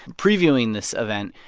previewing this event.